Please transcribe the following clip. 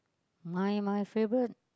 my my favourite